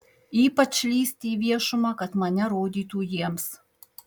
ypač lįsti į viešumą kad mane rodytų jiems